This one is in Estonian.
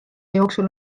jooksul